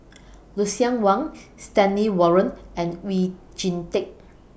Lucien Wang Stanley Warren and Oon Jin Teik